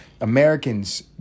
Americans